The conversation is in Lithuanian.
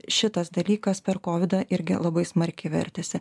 šitas dalykas per kovidą irgi labai smarkiai vertėsi